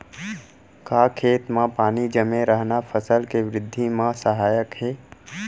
का खेत म पानी जमे रहना फसल के वृद्धि म सहायक हे?